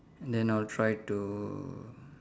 and then I'll try to